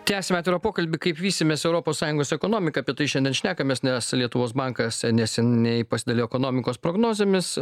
tęsiame atvirą pokalbį kaip vysimės europos sąjungos ekonomiką apie tai šiandien šnekamės nes lietuvos bankas neseniai pasidalijo ekonomikos prognozėmis